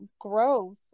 growth